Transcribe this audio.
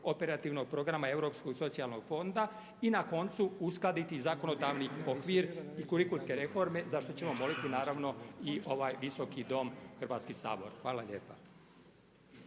operativnog programa Europskog socijalnog fonda i na koncu uskladiti zakonodavni okvir i kurikulske reforme zašto ćemo moliti naravno i ovaj Visoki dom Hrvatski sabor. Hvala lijepa.